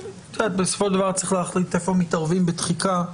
בסופו של דבר צריך להחליט היכן מתערבים בתחיקה,